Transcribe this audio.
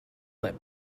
lip